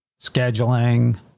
scheduling